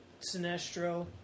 Sinestro